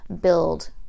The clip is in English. build